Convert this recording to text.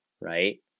Right